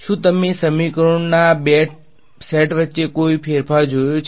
શું તમે સમીકરણોના આ બે સેટ વચ્ચે અન્ય કોઈ ફેરફાર જોયો છે